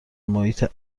محیط